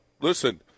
Listen